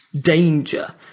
danger